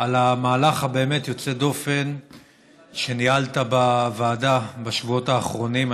על המהלך הבאמת יוצא דופן שניהלת בוועדה בשבועות האחרונים.